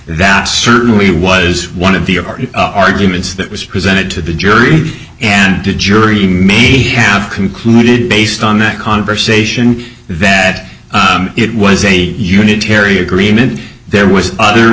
that certainly was one of the arguments that was presented to the jury and to the jury may have concluded based on that conversation that it was a unitary agreement there was other